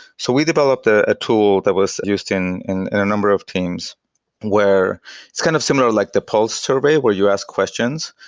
so we developed ah a tool that was used in in and a number of teams where it's kind of similar like the pulse survey, where you ask questions.